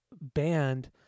band